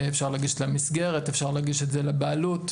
אפשר להגיש למסגרת אפשר להגיש את זה לבעלות,